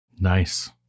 Nice